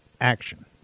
action